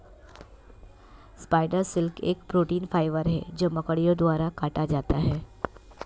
spider silk एक protein fibre है जो मकड़ियों द्वारा काता जाता है